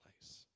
place